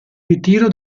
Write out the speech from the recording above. ritiro